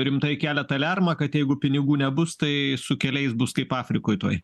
rimtai keliat aliarmą kad jeigu pinigų nebus tai su keliais bus kaip afrikoj tuoj